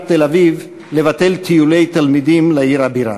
תל-אביב לבטל טיולי תלמידים לעיר הבירה.